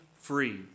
free